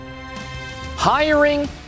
Hiring